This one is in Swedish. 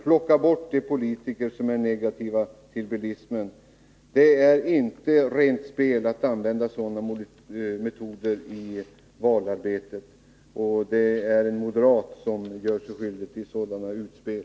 Plocka bort de politiker som är negativa till bilismen! Det är inte rent spel att använda sådana metoder i valarbetet. Det är en moderat som gör sig skyldig till sådana utspel.